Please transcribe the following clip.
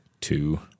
two